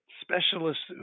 specialists